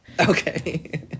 Okay